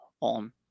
on